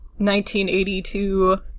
1982